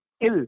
ill